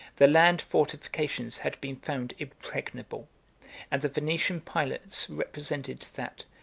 the land fortifications had been found impregnable and the venetian pilots represented, that,